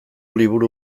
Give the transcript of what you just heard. liburu